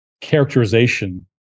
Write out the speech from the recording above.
characterization